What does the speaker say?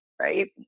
right